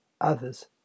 others